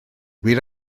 wir